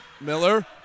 Miller